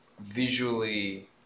visually